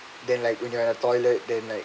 then like when you're in a toilet then like